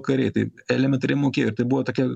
kariai tai elementariai mokėjo ir tai buvo tokia